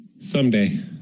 Someday